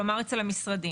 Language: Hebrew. כלומר אצל המשרדים.